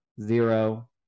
zero